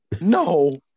No